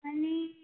आनी